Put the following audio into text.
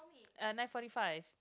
uh nine forty five